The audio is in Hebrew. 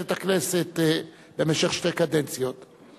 את הכנסת במשך שתי קדנציות והלך לעולמו.